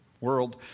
world